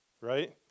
right